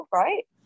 right